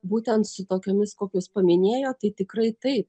būtent su tokiomis kokias paminėjot tai tikrai taip